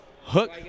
Hook